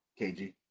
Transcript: KG